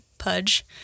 pudge